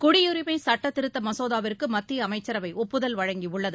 குடியுரிமை சட்டத் திருத்த மசோதாவிற்கு மத்திய அமைச்சரவை ஒப்புதல் வழங்கியுள்ளது